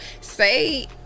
say